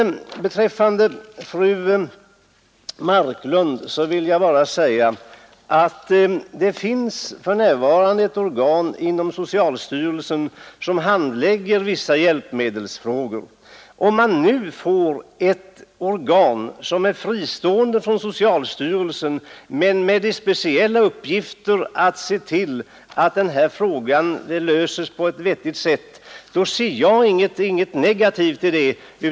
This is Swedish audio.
Slutligen vill jag säga till fru Marklund att det för närvarande inom socialstyrelsen finns ett organ som handlägger vissa hjälpmedelsfrågor, och om vi nu får ett från socialstyrelsen fristående organ som har till speciell uppgift att se till att hjälpmedelsfrågorna löses på ett vettigt sätt, så ser jag inget negativt i det.